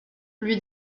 lui